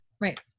Right